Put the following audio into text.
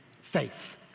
Faith